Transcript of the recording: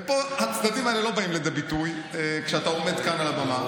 ופה הצדדים האלה לא באים לידי ביטוי כשאתה עומד כאן על הבמה.